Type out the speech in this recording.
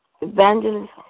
evangelist